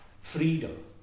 freedom